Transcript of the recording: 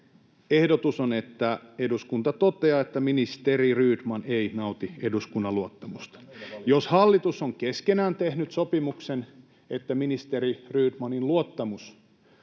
ehdotus on — että eduskunta toteaa, että ministeri Rydman ei nauti eduskunnan luottamusta. Jos hallitus on keskenään tehnyt sopimuksen, että ministeri Rydmanin luottamus